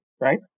right